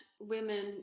women